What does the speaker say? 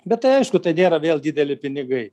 bet tai aišku tai nėra vėl dideli pinigai